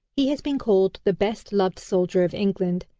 he has been called the best-loved soldier of england.